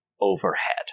overhead